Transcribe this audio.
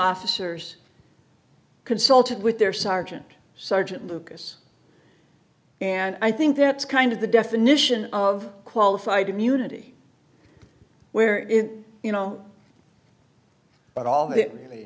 officers consulted with their sergeant sergeant lucas and i think that's kind of the definition of qualified immunity where you know but all that really